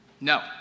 No